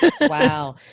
wow